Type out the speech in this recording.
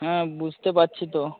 হ্যাঁ বুঝতে পারছি তো